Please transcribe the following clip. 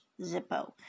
zippo